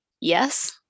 Yes